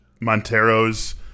Montero's